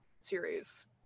series